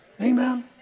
Amen